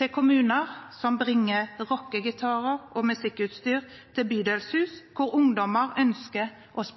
til kommuner som bringer rockegitarer og musikkutstyr til bydelshus hvor ungdommer ønsker å